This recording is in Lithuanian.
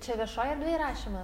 čia viešoj erdvėj rašymo